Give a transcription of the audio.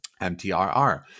MTRR